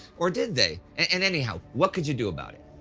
or did they? and anyhow, what could you do about it?